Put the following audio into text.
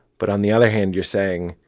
but on the other hand, you're saying,